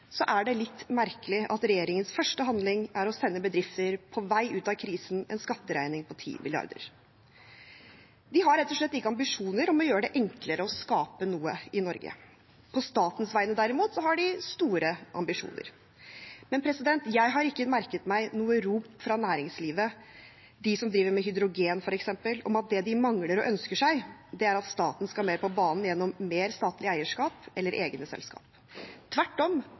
er det litt merkelig at regjeringens første handling er å sende bedrifter på vei ut av krisen en skatteregning på 10 mrd. kr. De har rett og slett ikke ambisjoner om å gjøre det enklere å skape noe i Norge. På statens vegne derimot har de store ambisjoner. Men jeg har ikke merket meg noe rop fra næringslivet, de som driver med hydrogen f.eks., om at det de mangler og ønsker seg, er at staten skal mer på banen gjennom mer statlig eierskap eller egne selskap. Tvert om,